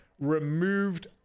removed